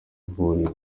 vuriro